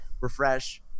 Refresh